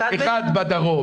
אחד בדרום,